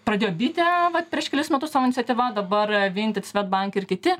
pradėjo bitė vat prieš kelis metus savo iniciatyva dabar vinted svedbank ir kiti